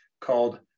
called